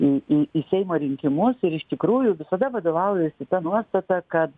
į į į seimo rinkimus ir iš tikrųjų visada vadovaujuosi ta nuostata kad